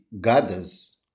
gathers